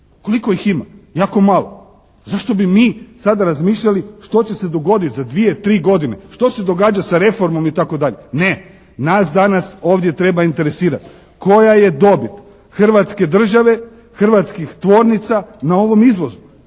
Koliko ih ima? Jako malo. Zašto bi mi sada razmišljali što će se dogoditi za dvije, tri godine. Što se događa sa reformom itd. Ne, nas danas ovdje treba interesirati koja je dobit Hrvatske države, hrvatskih tvornica na ovom izvozu,